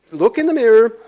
look in the mirror,